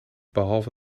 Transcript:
behalve